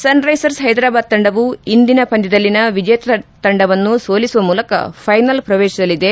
Sunrisers Hyderabad ತಂಡವು ಇಂದಿನ ಪಂದ್ಯದಲ್ಲಿನ ವಿಜೀತ ತಂಡವನ್ನು ಸೋಲಿಸುವ ಮೂಲಕ ಫೈನಲ್ ಪ್ರವೇತಿಸಲಿದೆ